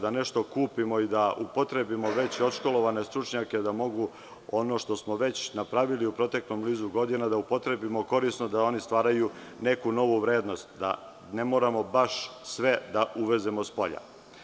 Da upotrebimo već odškolovane stručnjake i da možemo da ono što smo već napravili u proteklom nizu godina da upotrebimo korisno i da oni stvaraju neku novu vrednost, da ne moramo baš sve da uvezemo spolja.